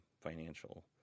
financial